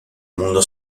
mundo